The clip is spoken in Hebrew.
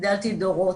גידלתי דורות,